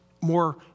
more